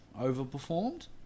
Overperformed